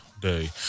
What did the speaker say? day